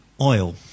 Oil